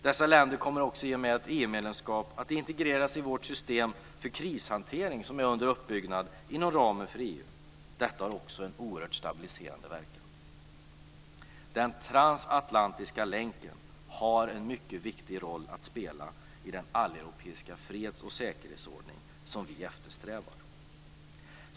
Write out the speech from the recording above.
Dessa länder kommer i och med ett EU medlemskap att integreras i vårt system för krishantering, som är under uppbyggnad inom ramen för EU. Detta har också en oerhört stabiliserande verkan. Den transatlantiska länken har en mycket viktig roll att spela i den alleuropeiska freds och säkerhetsordning som vi eftersträvar.